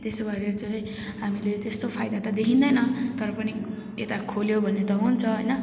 त्यसो गरेर चाहिँ हामीले त्यस्तो फाइदा त देखिँदैन तर पनि यता खोल्यो भने त हुन्छ होइन